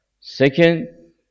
Second